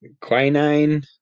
quinine